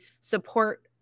support